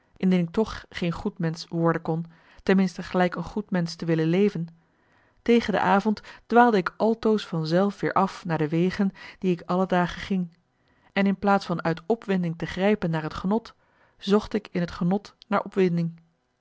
indien ik toch geen goed mensch worden kon ten minste gelijk een goed mensch te willen leven tegen de avond dwaalde ik altoos van zelf weer af naar de wegen die ik alle dagen ging en in plaats van uit opwinding te grijpen naar het genot zocht ik in het genot naar opwinding